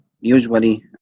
usually